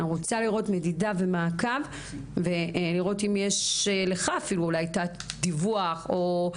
אני רוצה לראות מדידה ומעקב ולראות אם יש לך דיווח על זה.